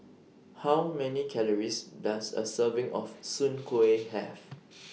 How Many Calories Does A Serving of Soon Kuih Have